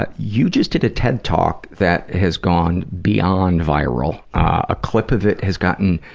but you just did a ted talk that has gone beyond viral. a clip of it has gotten